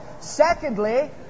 Secondly